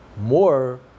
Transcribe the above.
more